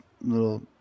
little